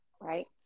right